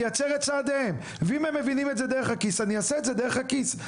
אצר את צעדיהם ואם הם מבינים את זה דרך הכיס אני אעשה את זה דרך הכיס.